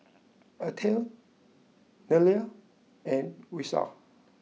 Atal Neila and Vishal